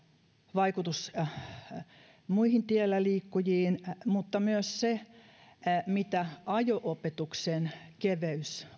vaikutus muihin tielläliikkujiin mutta myös se mitä ajo opetuksen keveys